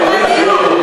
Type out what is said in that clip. דיון.